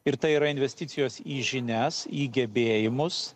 ir tai yra investicijos į žinias į gebėjimus